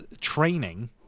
training